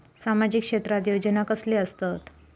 सामाजिक क्षेत्रात योजना कसले असतत?